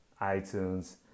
iTunes